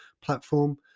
platform